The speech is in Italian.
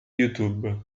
youtube